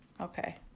okay